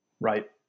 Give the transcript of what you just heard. Right